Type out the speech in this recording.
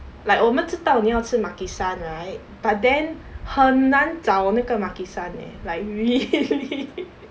like 我们知道你要吃 maki-san right but then 很难找那个 maki-san leh like really